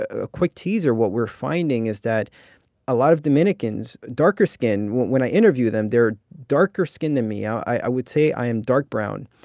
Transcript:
a quick teaser what we're finding is that a lot of dominicans, darker skinned when i interview them, they're darker skinned than me. ah i would say i am dark brown,